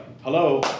Hello